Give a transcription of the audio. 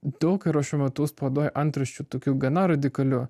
daug yra šiuo metu spaudoj antraščių tokių gana radikalių